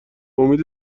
امید